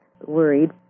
worried